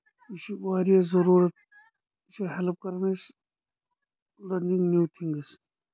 یہِ چھُ واریاہ ضروٗرت یہِ چھُ ہیٚلپ کَران اَسہِ لرننگ نِو تھِنٛگس